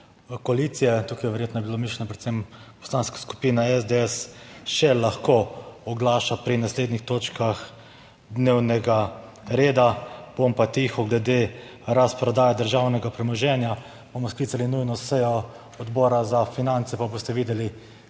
koalicije in tukaj verjetno je bilo mišljeno predvsem Poslanska skupina SDS še lahko oglaša pri naslednjih točkah dnevnega reda? Bom pa tiho, glede razprodaje državnega premoženja bomo sklicali nujno sejo Odbora za finance pa boste videli